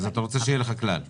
אז אתה רוצה שיהיה לך כלל.